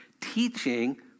teaching